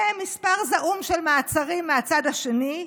ומספר זעום של מעצרים מהצד השני,